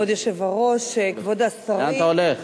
כבוד היושב-ראש, כבוד השרים, לאן אתה הולך?